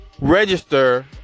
register